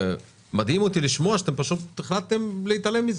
ומדהים אותי לשמוע שאתם פשוט החלטתם להתעלם מזה.